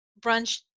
brunch